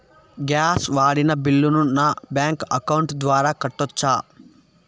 Gas వాడిన బిల్లును నా బ్యాంకు అకౌంట్ ద్వారా కట్టొచ్చా?